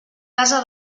casa